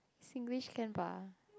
Singlish can ba